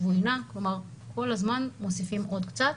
כלומר, כל הזמן מוסיפים עוד קצת.